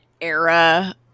era